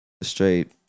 Straight